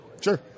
Sure